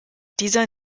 dieser